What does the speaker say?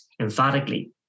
emphatically